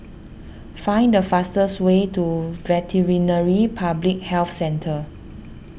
find the fastest way to Veterinary Public Health Centre